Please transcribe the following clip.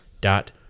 dot